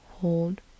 Hold